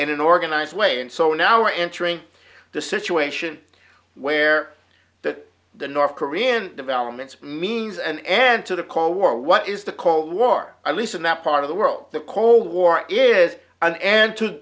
in an organized way and so now we're entering the situation where that the north korean developments means an end to the cold war what is the cold war i lease in that part of the world the cold war is an end to